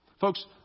Folks